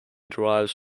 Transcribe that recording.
derives